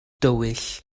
dywyll